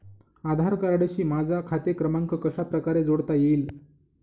आधार कार्डशी माझा खाते क्रमांक कशाप्रकारे जोडता येईल?